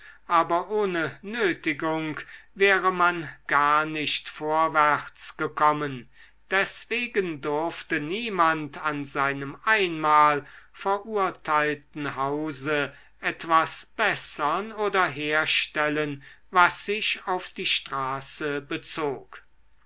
aber ohne nötigung wäre man gar nicht vorwärts gekommen deswegen durfte niemand an seinem einmal verurteilten hause etwas bessern oder herstellen was sich auf die straße bezog